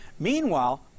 Meanwhile